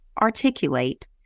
articulate